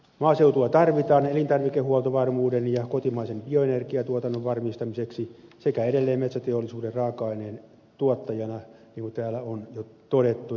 maaseutua tarvitaan elintarvikehuoltovarmuuden ja kotimaisen bioenergiatuotannon varmistamiseksi sekä edelleen metsäteollisuuden raaka aineen tuottajana niin kuin täällä on jo todettu